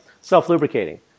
self-lubricating